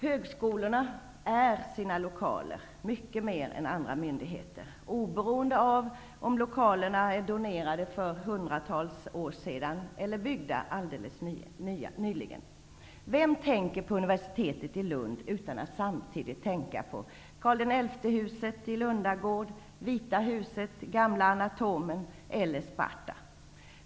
Högskolorna är sina lokaler mycket mer än andra myndigheter, oberoende av om lokalerna är donerade för hundratals år sedan eller byggda alldeles nyligen. Vem tänker på universitetet i Lund utan att samtidigt tänka på Karl XI-huset i Sparta?